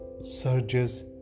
surges